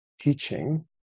teaching